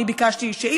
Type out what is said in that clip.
זה שהשר יושב בספסל שם,